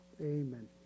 Amen